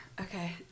Okay